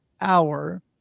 hour